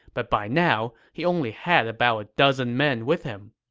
but by now, he only had about dozen men with him.